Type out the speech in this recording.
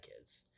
kids